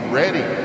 ready